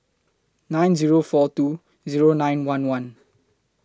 nine Zero four two Zero nine one one